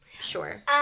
Sure